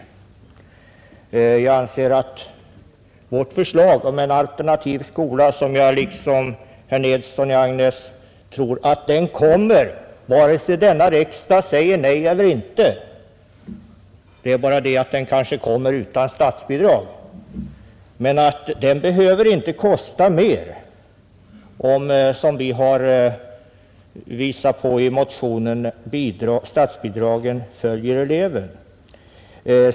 Jag anser att enligt vårt förslag en alternativ skola — liksom herr Nilsson i Agnäs tror jag att en sådan skola kommer vare sig denna riksdag säger nej eller inte men den kanske kommer utan statsbidrag — inte behöver kosta mer, som vi har påvisat i motionen, om statsbidragen följer eleven.